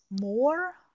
more